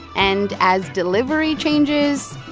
and as delivery changes,